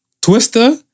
Twister